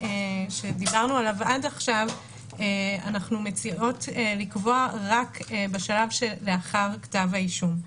שדיברנו עליו עד עכשיו אנחנו מציעות לקבוע רק בשלב שלאחר כתב האישום.